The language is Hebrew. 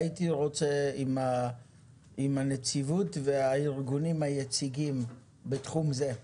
הייתי רוצה עם הנציבות והארגונים היציגים בתחום זה להכניס